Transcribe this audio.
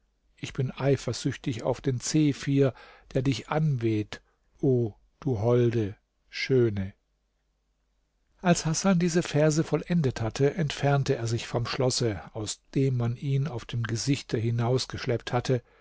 ich bin eifersüchtig auf den zephyr der dich anweht o du holde schöne als hasan diese verse vollendet hatte entfernte er sich vom schlosse aus dem man ihn auf dem gesichte hinausgeschleppt hatte